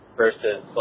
versus